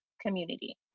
community